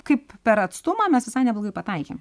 kaip per atstumą mes visai neblogai pataikėm